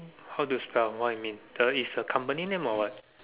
how to spell what you mean the it's a company name or what